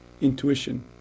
intuition